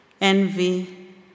envy